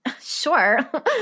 Sure